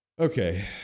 Okay